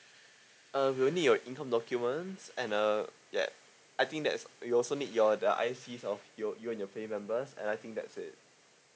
uh we will need your income documents and a yeah I think that's we also need your the I_C of your you and your family members and I think that's it